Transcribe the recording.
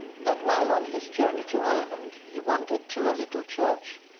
that while on his journey to ireland he wandered to a little church,